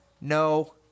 No